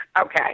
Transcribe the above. Okay